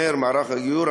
אומר מערך הגיור,